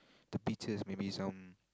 the beaches maybe some